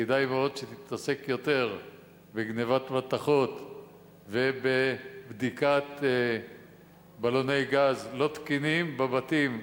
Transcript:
כדאי מאוד שתתעסק יותר בגנבת מתכות ובבדיקת בלוני גז לא תקינים בבתים.